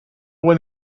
one